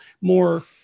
more